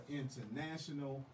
international